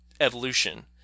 evolution